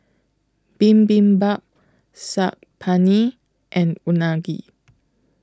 Bibimbap Saag Paneer and Unagi